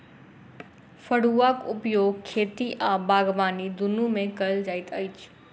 फड़ुआक उपयोग खेती आ बागबानी दुनू मे कयल जाइत अछि